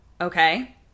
Okay